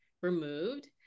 removed